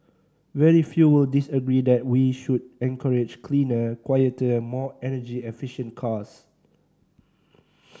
very few will disagree that we should encourage cleaner quieter more energy efficient cars